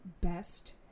best